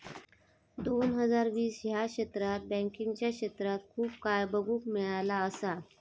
दोन हजार वीस ह्या वर्षात बँकिंगच्या क्षेत्रात खूप काय बघुक मिळाला असा